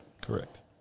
Correct